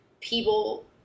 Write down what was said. people